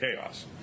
Chaos